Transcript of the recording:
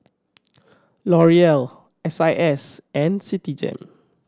L'Oreal S I S and Citigem